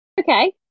okay